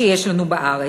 שיש לנו בארץ.